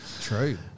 True